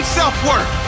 self-work